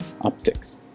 Optics